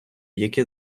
які